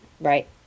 right